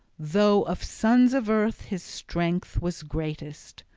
though of sons of earth his strength was greatest,